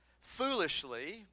foolishly